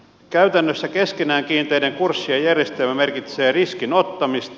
käytännössä keskenään kiinteiden kurssien järjestelmä merkitsee riskin ottamista